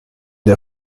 der